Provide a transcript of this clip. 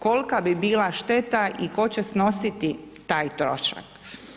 Kolika bi bila šteta i tko će snositi taj trošak.